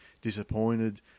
disappointed